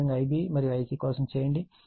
అదేవిధంగా Ib మరియు Ic కోసం చేయండి